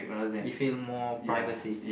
you feel more privacy